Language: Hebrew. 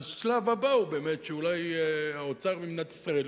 והשלב הבא הוא באמת שאולי האוצר במדינת ישראל